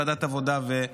זה יהיה בוועדת עבודה ורווחה,